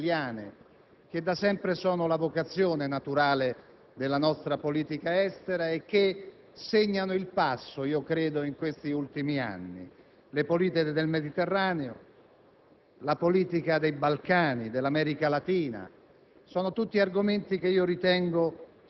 alla sicurezza e tanti riferimenti anche del Governo, sull'azione della Farnesina, sulla politica estera nel nostro Paese, ma, soprattutto, anche il riferimento alla coerenza di una politica estera che intende essere sottolineata anche in quest'Aula.